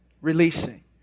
Releasing